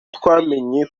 twamenya